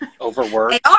Overworked